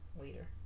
later